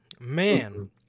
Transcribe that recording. Man